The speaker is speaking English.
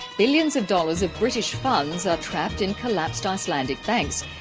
billions of dollars of british funds are trapped in collapsed icelandic banks,